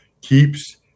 Keeps